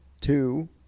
two